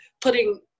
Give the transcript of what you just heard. putting